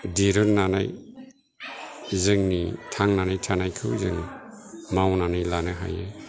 दिरुन्नानै जोंनि थांनानै थानायखौ जों मावनानै लानो हायो